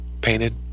painted